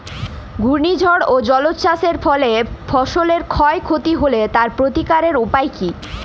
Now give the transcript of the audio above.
ঘূর্ণিঝড় ও জলোচ্ছ্বাস এর ফলে ফসলের ক্ষয় ক্ষতি হলে তার প্রতিকারের উপায় কী?